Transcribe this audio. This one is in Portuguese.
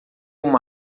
uma